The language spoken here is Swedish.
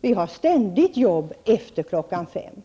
Vi har ständigt jobb efter klockan fem.